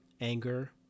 anger